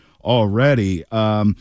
already